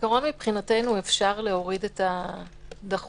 מבחינתנו, אפשר להוריד את הדחוף